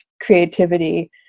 creativity